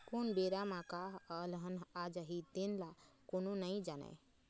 कोन बेरा म का अलहन आ जाही तेन ल कोनो नइ जानय